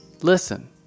listen